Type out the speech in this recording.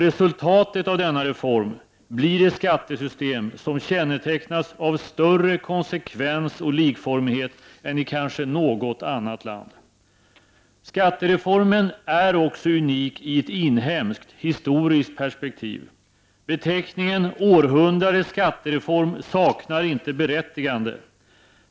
Resultatet av denna reform blir ett skattesystem som kännetecknas av större konsekvens och likformighet än skattesystem i kanske något annat land. Skattereformen är unik också i ett inhemskt, historiskt perspektiv. Beteckningen ”århundradets skattereform” saknar inte berättigande.